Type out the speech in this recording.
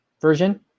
version